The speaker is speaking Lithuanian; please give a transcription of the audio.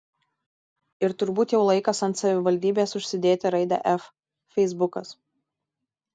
ir turbūt jau laikas ant savivaldybės užsidėti raidę f feisbukas